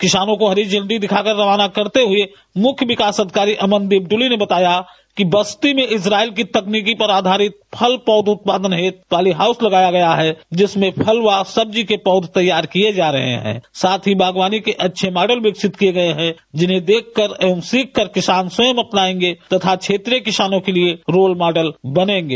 किसानों को हरी झंडी दिखाकर रवाना करते हुए मुख्य विकास अधिकारी अमनदीप डुली ने बताया कि बस्ती में इजरायल की तकनीकी पर आधारित फल पौध उत्पादन हेतु पाली हाउस लगाया गया है जिसमें फल व सब्जी के पौधे तैयार किए जा रहे हैं साथ ही बागवानी के अच्छे मॉडल विकसित किए गए हैं जिन्हें देखकर एवं सीख कर किसान स्वयं अपनाएंगे तथा क्षेत्रीय किसानों के लिए रोल मॉडल बनेंगे